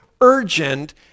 urgent